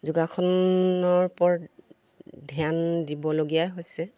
যোগাসনৰ ওপৰত ধ্যান দিবলগীয়া হৈছে